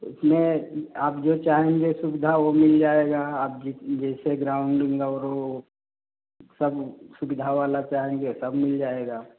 उसमें आप जो चाहेंगे सुविधा वह मिल जाएगा आप जित जैसे ग्राउंडिंग अउरो सब सुविधा वाला चाहेंगे सब मिल जाएगा